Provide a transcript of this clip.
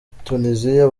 tunisia